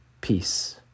peace